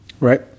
right